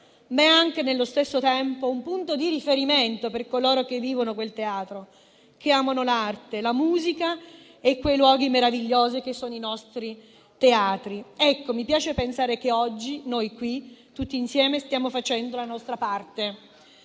ma è anche, allo stesso tempo, un punto di riferimento per coloro che vivono quel teatro, che amano l'arte, la musica e quei luoghi meravigliosi che sono i nostri teatri. Mi piace pensare che oggi noi qui, tutti insieme, stiamo facendo la nostra parte.